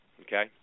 Okay